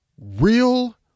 real